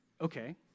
Okay